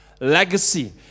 legacy